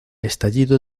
estallido